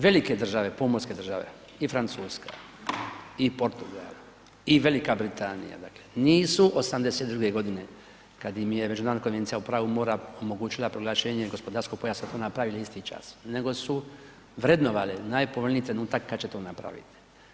Velike države, pomorske države, i Francuska, i Portugal i Velika Britanija dakle nisu '82.g. kad im je međunarodna Konvencija o pravu mora omogućila proglašenje gospodarskog pojasa, to napravili isti čas, nego su vrednovale najpovoljniji trenutak kad će to napravit.